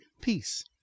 Peace